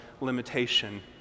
limitation